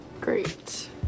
great